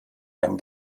einen